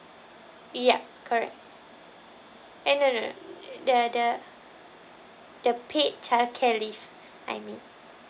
yup correct eh no no the the the paid childcare leave I mean